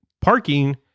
parking